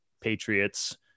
Patriots